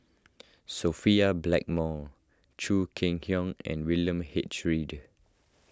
Sophia Blackmore Chong Kee Hiong and William H Read